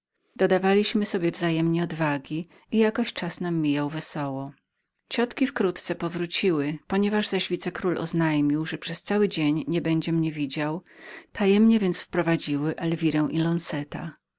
dodawaliśmy sobie wzajemnie odwagi i jakoś czas nam ubiegał wesoło ciotki wkrótce powróciły ponieważ zaś wicekról oznajmił że przez cały dzień nie będzie mnie widział tajemnie więc wprowadziły elwirę i